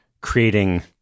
creating